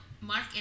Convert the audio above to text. Mark